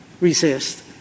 resist